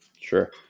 Sure